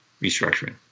restructuring